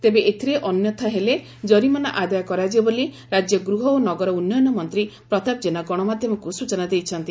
ତେବେ ଏଥିରେ ଅନ୍ୟଥା ହେଲେ ଜରିମାନା ଆଦାୟ କରାଯିବ ବୋଲି ରାକ୍ୟ ଗୃହ ଓ ନଗର ଉନ୍ସୟନ ମନ୍ତୀ ପ୍ରତାପ ଜେନା ଗଶମାଧ୍ଧମକୁ ସୂଚନା ଦେଇଛନ୍ତି